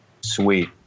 sweet